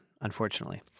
unfortunately